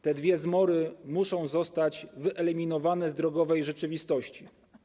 Te dwie zmory muszą zostać wyeliminowane z drogowej rzeczywistości.